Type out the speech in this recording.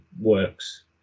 works